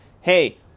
Hey